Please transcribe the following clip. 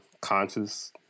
conscious